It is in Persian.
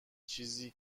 چیزی